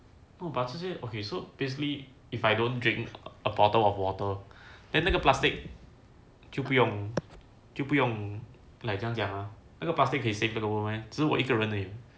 no but 这些 okay so basically if I don't drink a bottle of water then 那个 plastic 就不用就不用 like 怎样讲啊那个 plastic 可以 save 那个 world meh 只有我一个人而已